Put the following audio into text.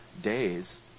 days